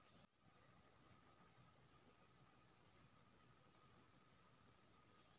अखुनका जमानामे digital salary वा बचत खाता खोलल जा सकैत छै